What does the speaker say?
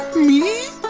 me?